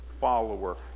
follower